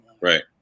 Right